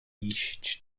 iść